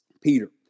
Peter